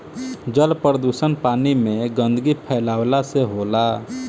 जल प्रदुषण पानी में गन्दगी फैलावला से होला